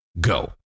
Go